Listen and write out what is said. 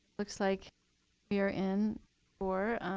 looks like we're in for a